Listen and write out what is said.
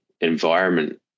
environment